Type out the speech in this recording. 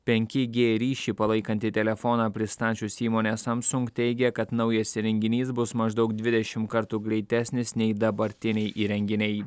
penki g ryšį palaikantį telefoną pristačiusi įmonė samsung teigė kad naujas įrenginys bus maždaug dvidešim kartų greitesnis nei dabartiniai įrenginiai